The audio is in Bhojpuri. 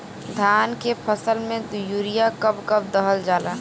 धान के फसल में यूरिया कब कब दहल जाला?